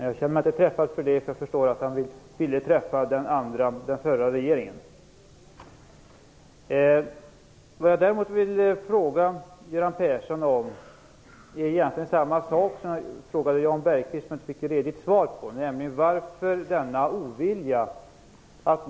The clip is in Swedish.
Jag känner mig dock inte träffad, för jag förstår att Göran Persson ville träffa den förra regeringen. Vad jag däremot vill fråga Göran Persson om är egentligen samma sak som jag frågade Jan Bergqvist om, men som jag inte fick något redigt svar på.